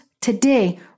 today